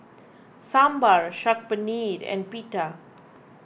Sambar Saag Paneer and Pita